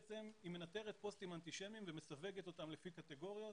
בעצם היא מנטרת פוסטים אנטישמיים ומסווגת אותם לפי קטגוריות,